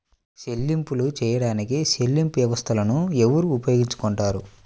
చెల్లింపులు చేయడానికి చెల్లింపు వ్యవస్థలను ఎవరు ఉపయోగించుకొంటారు?